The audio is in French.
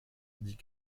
dit